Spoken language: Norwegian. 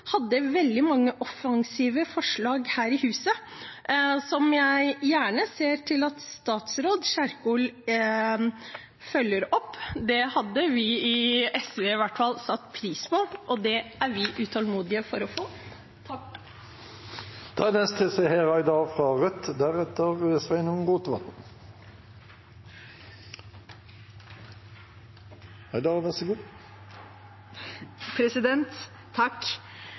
hadde veldig mange offensive forslag her i huset som jeg gjerne ser at statsråd Kjerkol følger opp. Det hadde i hvert fall vi i SV satt pris på, og vi er